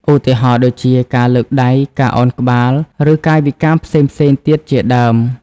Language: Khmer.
ឧទាហរណ៍ដូចជា ការលើកដៃ ការឱនក្បាល ឬកាយវិការផ្សេងៗទៀតជាដើម។